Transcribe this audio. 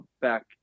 back